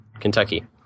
Kentucky